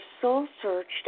soul-searched